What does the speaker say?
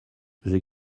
j’ai